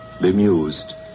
bemused